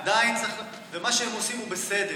ומה שהם עושים הוא בסדר,